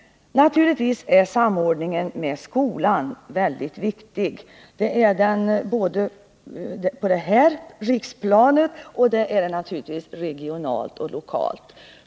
Naturligtvis är samordningen med skolan mycket viktig, såväl på riksplanet som regionalt och lokalt.